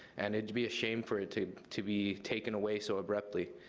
and it'd be a shame for it to to be taken away so abruptly.